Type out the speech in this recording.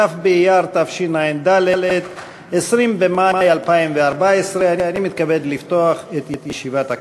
כ' באייר התשע"ד (20 במאי 2014) ירושלים,